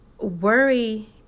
worry